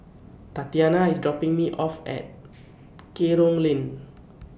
Tatiana IS dropping Me off At Kerong Lane